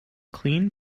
clean